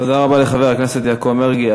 תודה לחבר הכנסת יעקב מרגי.